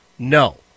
No